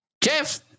Jeff